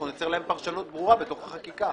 אנחנו ניצור להן פרשנות ברורה בתוך החקיקה.